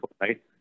right